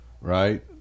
Right